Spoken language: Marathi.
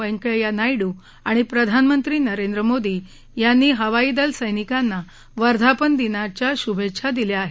व्यंकय्या नायडू आणि प्रधानमंत्री नरेंद्र मोदी यांनी हवाईदल सैनिकांना वर्धापन दिनाच्या शुभेच्छा दिल्या आहेत